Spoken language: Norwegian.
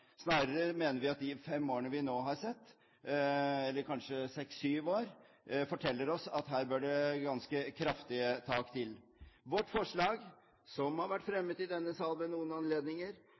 Snarere mener vi at de fem, eller kanskje seks–syv årene som nå har gått, forteller oss at her bør det ganske kraftige tak til. Vårt forslag, som har vært fremmet i denne salen ved noen anledninger,